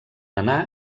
anar